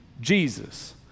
Jesus